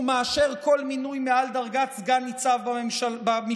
הוא מאשר כל מינוי מעל דרגת סגן ניצב במשטרה,